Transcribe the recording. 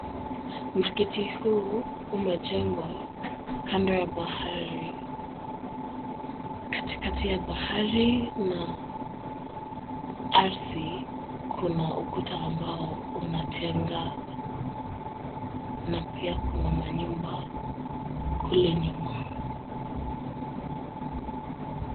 Msikiti huu umejengwa kando ya bahari. Kati kati ya bahari na ardhi, kuna ukuta ambao unatenga, na pia kuna manyumba kule nyuma.